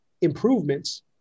improvements